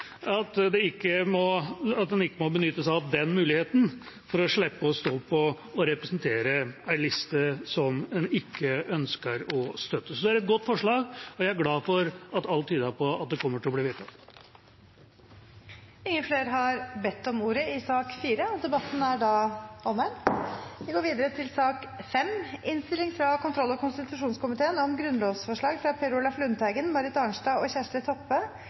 at man ikke skal måtte benytte seg av den muligheten for å slippe å stå på og representere en liste som en ikke ønsker å støtte. Dette er et godt forslag, og jeg er glad for at alt tyder på at det kommer til å bli vedtatt. Flere har ikke bedt om ordet til sak nr. 4. Jeg vil også starte med å takke komiteens medlemmer for et godt samarbeid. Grunnlovsforslaget som vi har til